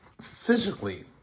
physically